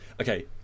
okay